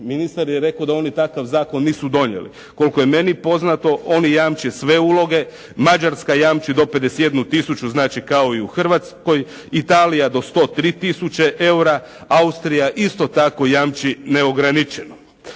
Ministar je rekao da oni takav zakon nisu donijeli. Koliko je meni poznato oni jamče sve uloge, Mađarska jamči do 51 tisuću, znači kao i u Hrvatskoj, Italija do 103 tisuće eura, Austrija isto tako jamči neograničeno.